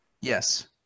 Yes